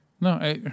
No